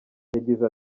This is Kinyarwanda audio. yagize